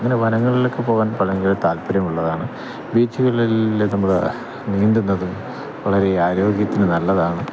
ഇങ്ങനെ വനങ്ങളിലൊക്കെ പോവാൻ വളരെ താൽപര്യമുള്ളതാണ് ബീച്ചുകളിൽ എത്തുമ്പോള് നീന്തുന്നതും വളരെ ആരോഗ്യത്തിന് നല്ലതാണ്